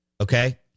Okay